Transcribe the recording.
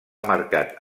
marcat